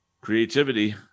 creativity